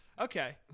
Okay